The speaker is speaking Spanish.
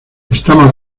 estamos